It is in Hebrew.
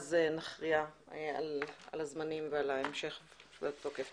ואז נכריע על הזמנים, על ההמשך ועל התוקף.